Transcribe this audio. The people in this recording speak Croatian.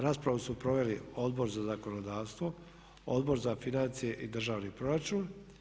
Raspravu su proveli Odbor za zakonodavstvo, Odbor za financije i državni proračun.